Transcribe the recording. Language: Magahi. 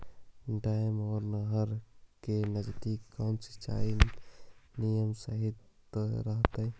डैम या नहर के नजदीक कौन सिंचाई के नियम सही रहतैय?